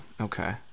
okay